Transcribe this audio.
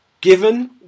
Given